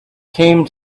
came